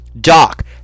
Doc